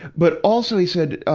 but also, he said, ah,